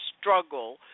struggle